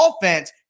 offense